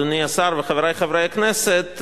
אדוני השר וחברי חברי הכנסת,